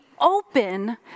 open